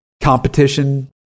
competition